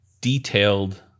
detailed